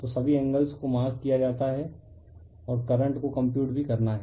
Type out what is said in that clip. तो सभी एंगलस को मार्क किया जाता है और करंट को कंप्यूट भी करना है